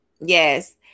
Yes